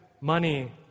money